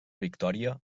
victòria